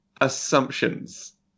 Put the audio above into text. assumptions